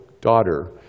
daughter